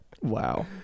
Wow